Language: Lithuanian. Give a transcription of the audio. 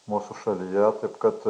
mūsų šalyje kaip kad